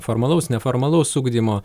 formalaus neformalaus ugdymo